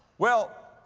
well,